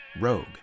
Rogue